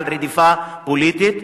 על רדיפה פוליטית,